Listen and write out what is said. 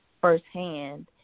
firsthand